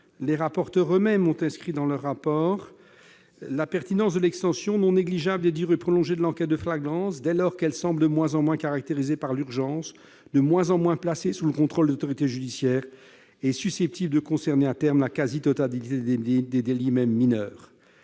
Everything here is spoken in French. les rapporteurs eux-mêmes s'étant interrogés dans leur rapport sur « la pertinence de l'extension, non négligeable, des durées prolongées de l'enquête de flagrance, dès lors qu'elle semble de moins en moins caractérisée par l'urgence, de moins en moins placée sous le contrôle de l'autorité judiciaire et susceptible de concerner la quasi-totalité des délits, même mineurs